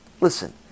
Listen